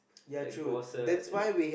like boss us and